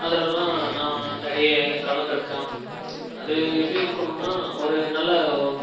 அதெலலாம் நான் நிறைய கலந்திருக்கேன் அது எப்படி இருக்குதுணுன்னா ஒரு நல்ல